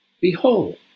Behold